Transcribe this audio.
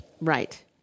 Right